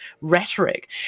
rhetoric